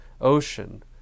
Ocean